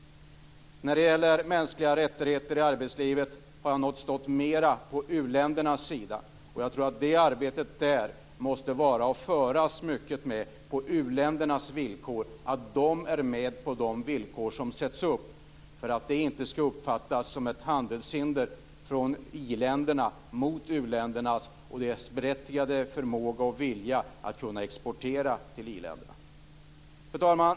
När det gäller mänskliga rättigheter i arbetslivet har jag nog stått mera på u-ländernas sida, och jag tror att arbetet i det avseendet måste föras betydligt mer på u-ländernas villkor. De måste vara med på de villkor som sätts upp, så att dessa inte uppfattas som handelshinder från i-länderna mot u-länderna och deras berättigade vilja att exportera till i-länderna. Fru talman!